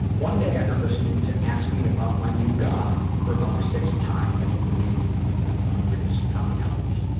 one day after listening to ask me about my new god for about the sixth time, that's the name of one of maria's comedy albums,